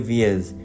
years